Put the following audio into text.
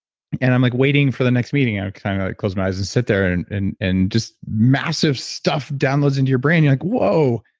and i'm like waiting for the next meeting. i kind of like close my eyes and sit there and and and just massive stuff downloads into your brain you're like, whoa,